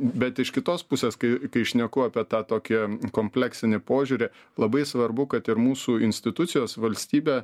bet iš kitos pusės kai kai šneku apie tą tokį kompleksinį požiūrį labai svarbu kad ir mūsų institucijos valstybė